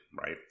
right